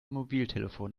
mobiltelefon